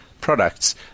products